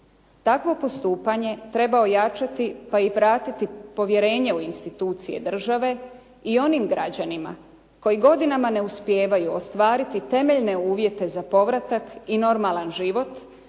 Takvo postupanje treba ojačati pa i vratiti povjerenje u institucije države i onim građanima koji godinama ne uspijevaju ostvariti temeljne uvjete za povratak i normalan život,